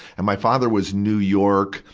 and my father was new york,